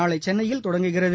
நாளை சென்னையில் தொடங்குகிறது